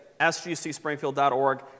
sgcspringfield.org